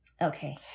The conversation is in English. Okay